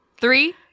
Three